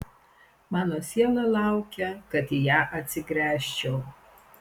mano siela laukia kad į ją atsigręžčiau